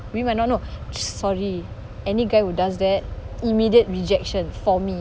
we might not know sorry any guy who does that immediate rejection for me